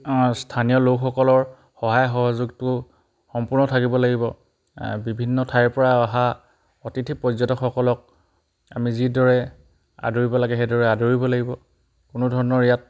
আমা স্থানীয় লোকসকলৰ সহায় সহযোগটো সম্পূৰ্ণ থাকিব লাগিব বিভিন্ন ঠাইৰপৰা অহা অতিথি পৰ্যটকসকলক আমি যিদৰে আদৰিব লাগে সেইদৰে আদৰিব লাগিব কোনো ধৰণৰ ইয়াত